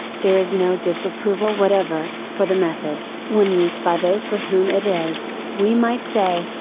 there is no disapproval whatever, for the method, when used by those for whom it is, we might say,